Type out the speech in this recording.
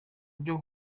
uburyo